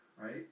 right